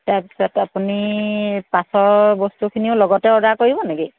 তাৰপিছত আপুনি পাছৰ বস্তুখিনিও লগতে অৰ্ডাৰ কৰিব নেকি